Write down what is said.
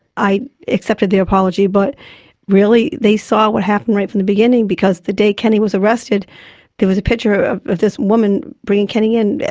i accepted the apology, but really they saw what happened right from the beginning, because the day kenny was arrested there was a picture of of this woman bringing kenny in,